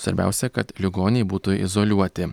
svarbiausia kad ligoniai būtų izoliuoti